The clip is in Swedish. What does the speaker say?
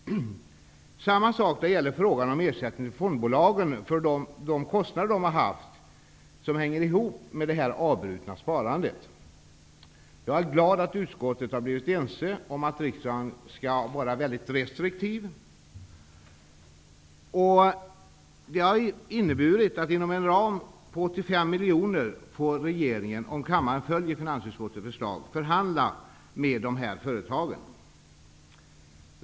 Samma sak gäller frågan om ersättning till fondbolagen för de kostnader de har haft i samband med det avbrutna sparandet. Jag är glad att utskottet har enats om att riksdagen skall vara mycket restriktiv. Det har inneburit att inom en ram på 85 miljoner får regeringen, om kammaren följer finansutskottets förslag, förhandla med de här företagen.